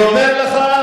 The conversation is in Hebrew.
אני אומר לך,